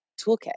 toolkit